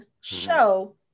show